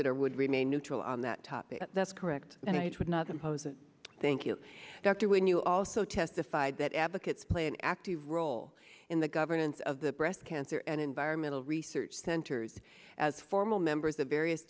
it or would remain neutral on that topic that's correct and it would not impose a thank you doctor when you also testified that advocates play an active role in the governance of the breast cancer and environmental research centers as formal members of various